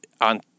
on